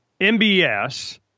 MBS